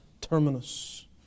terminus